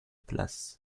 place